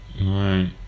Right